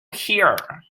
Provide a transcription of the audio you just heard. here